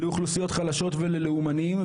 לאוכלוסיות חלשות וללאומנים,